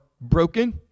broken